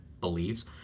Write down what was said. believes